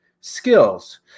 Skills